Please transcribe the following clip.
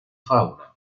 fauna